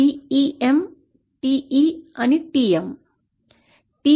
TEM TE आणि TM